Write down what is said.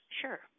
Sure